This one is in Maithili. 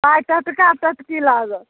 पाइ टटका टटकी लागत